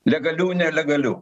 legalių nelegalių